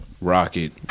Rocket